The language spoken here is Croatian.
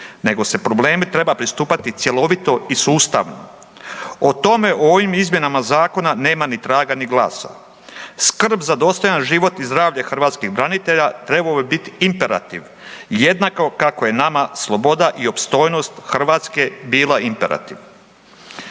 nego se problemu treba pristupati cjelovito i sustavno. O tome u ovim izmjenama zakona nema ni traga ni glasa. Skrb za dostojan život i zdravlje hrvatskih branitelja trebao bi biti imperativ jednako kako je nama sloboda i opstojnost Hrvatske bila imperativ.